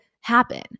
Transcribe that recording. happen